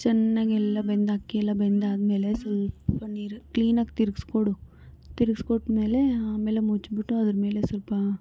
ಚೆನ್ನಾಗಿ ಎಲ್ಲ ಬೆಂದು ಅಕ್ಕಿ ಎಲ್ಲ ಬೆಂದಾದಮೇಲೆ ಸ್ವಲ್ಪ ನೀರು ಕ್ಲೀನಾಗಿ ತಿರ್ಗಿಸ್ಕೊಡು ತಿರ್ಗಿಸ್ಕೊಟ್ಮೇಲೆ ಆಮೇಲೆ ಮುಚ್ಬಿಟ್ಟು ಅದ್ರಮೇಲೆ ಸ್ವಲ್ಪ